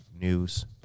news